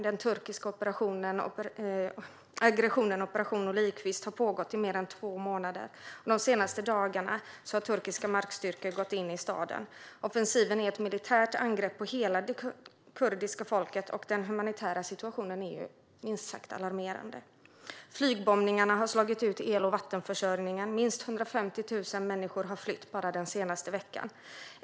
Den turkiska aggressionen Operation olivkvist har pågått i mer än två månader, och de senaste dagarna har turkiska markstyrkor gått in i staden. Offensiven är ett militärt angrepp på hela det kurdiska folket, och den humanitära situationen är minst sagt alarmerande. Flygbombningarna har slagit ut el och vattenförsörjningen, och minst 150 000 människor har flytt bara den senaste veckan.